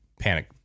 panic